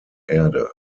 erde